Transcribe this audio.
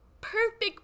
perfect